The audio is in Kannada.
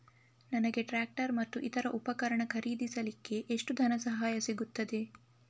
ನನಗೆ ಟ್ರ್ಯಾಕ್ಟರ್ ಮತ್ತು ಇತರ ಉಪಕರಣ ಖರೀದಿಸಲಿಕ್ಕೆ ಎಷ್ಟು ಧನಸಹಾಯ ಸಿಗುತ್ತದೆ?